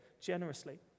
generously